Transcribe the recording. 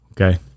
Okay